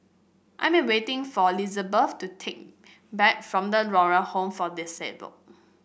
I am waiting for Lizabeth to take back from The Moral Home for Disable